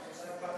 השר גלנט,